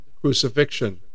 crucifixion